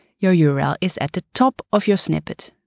your your url is at the top of your snippet.